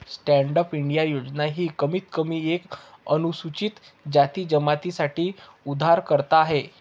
stand up India योजना ही कमीत कमी एक अनुसूचित जाती जमाती साठी उधारकर्ता आहे